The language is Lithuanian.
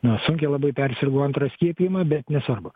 nu sunkiai labai persirgau antrą skiepijimą bet nesvarbu